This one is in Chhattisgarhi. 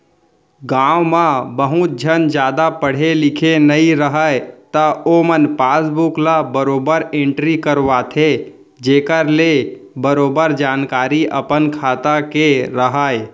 गॉंव म बहुत झन जादा पढ़े लिखे नइ रहयँ त ओमन पासबुक ल बरोबर एंटरी करवाथें जेखर ले बरोबर जानकारी अपन खाता के राहय